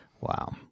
Wow